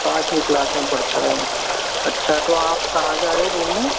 पाँचवी क्लास में पढ़ता है अच्छा तो आप कहाँ जा रहे हो घूमने